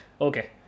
Okay